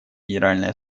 генеральной